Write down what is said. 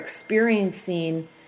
experiencing